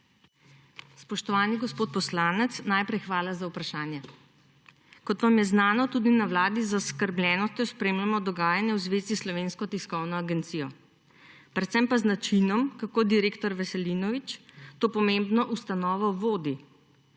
Spoštovani gospod poslanec, najprej hvala za vprašanje. Kot vam je znano, tudi na Vladi z zaskrbljenostjo spremljamo dogajanje v zvezi s Slovensko tiskovno agencijo, predvsem pa z načinom, kako direktor Veselinovič to pomembno ustanovo vodi.